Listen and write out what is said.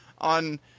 on